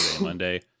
Monday